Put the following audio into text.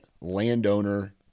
landowner